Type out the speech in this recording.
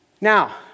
Now